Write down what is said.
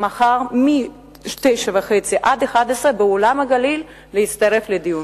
מחר מ-09:30 עד 11:00 באולם "גליל" להצטרף לדיון.